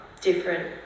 different